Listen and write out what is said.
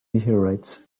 meteorites